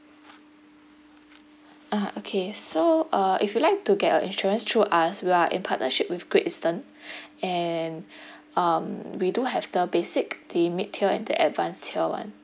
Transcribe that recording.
uh okay so uh if you like to get your insurance through us we're in partnership with great eastern and um we do have the basic theme and the advanced theme one